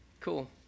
Cool